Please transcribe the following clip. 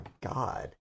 God